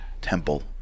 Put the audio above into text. temple